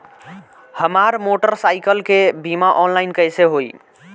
हमार मोटर साईकीलके बीमा ऑनलाइन कैसे होई?